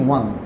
One